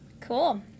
Cool